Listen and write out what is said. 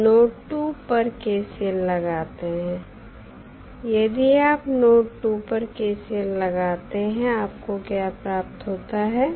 हम नोड 2 पर KCL लगाते हैं यदि आप नोड 2 पर KCL लगाते हैं आपको क्या प्राप्त होता है